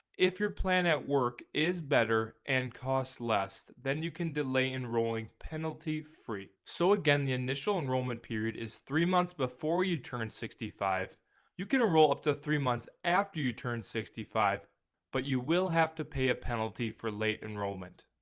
if your plan at work is better and cost less than you can delay enrolling penalty-free. so again the initial enrollment period is three months before you turn sixty five you can roll up to three months after you turn sixty five but you will have to pay a penalty for late enrollment.